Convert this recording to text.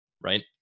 Right